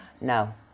No